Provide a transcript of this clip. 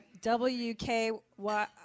WKY